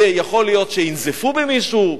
יכול להיות שינזפו במישהו,